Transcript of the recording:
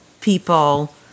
people